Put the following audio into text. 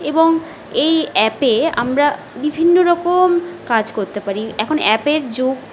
এবং এই অ্যাপে আমরা বিভিন্ন রকম কাজ করতে পারি এখন অ্যাপের যুগ